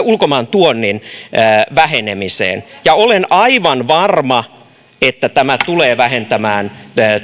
ulkomaan tuonnin vähenemiseen olen aivan varma että tämä tulee vähentämään